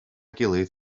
gilydd